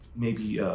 maybe.